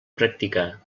practicar